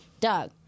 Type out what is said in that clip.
Doug